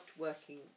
working